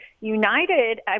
United